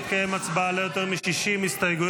תתקיים הצבעה על לא יותר מ-60 הסתייגויות.